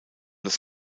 das